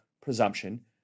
presumption